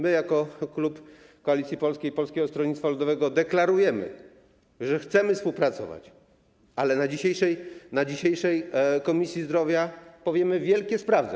My jako klub Koalicji Polskiej - Polskiego Stronnictwa Ludowego deklarujemy, że chcemy współpracować, ale na dzisiejszym posiedzeniu Komisji Zdrowia powiemy: wielkie sprawdzam.